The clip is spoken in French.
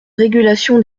régulation